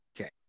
okay